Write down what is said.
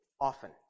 often